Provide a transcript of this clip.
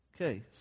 Okay